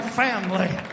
family